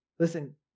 Listen